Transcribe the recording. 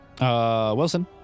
Wilson